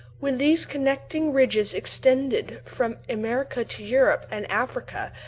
when these connecting ridges extended from america to europe and africa,